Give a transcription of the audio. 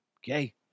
Okay